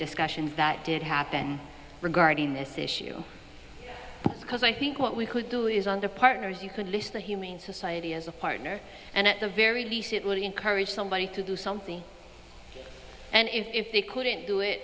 discussions that did happen regarding this issue because i think what we could do is on the partners you could list the humane society as a partner and at the very least it would encourage somebody to do something and if they couldn't do it